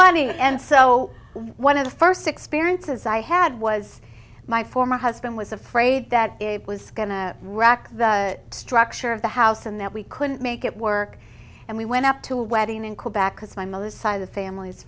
money and so one of the first experiences i had was my former husband was afraid that it was going to wreck the structure of the house and that we couldn't make it work and we went up to a wedding in quebec because my mother's side of the family is